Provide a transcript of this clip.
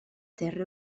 terre